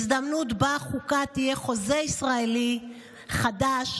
הזדמנות שבה החוקה תהיה חוזה ישראלי חדש,